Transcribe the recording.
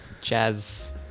jazz